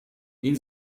این